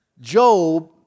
Job